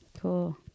Cool